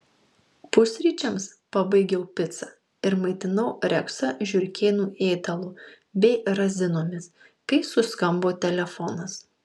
pusryčiams pabaigiau picą ir maitinau reksą žiurkėnų ėdalu bei razinomis kai suskambo telefonas